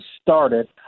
started